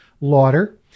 Lauder